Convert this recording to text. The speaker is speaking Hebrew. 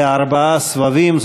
בארבעה סבבים,